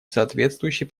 соответствующие